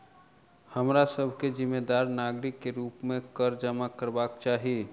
हमरा सभ के जिम्मेदार नागरिक के रूप में कर जमा करबाक चाही